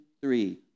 three